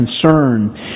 concern